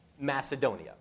Macedonia